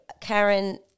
Karen